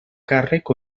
càrrec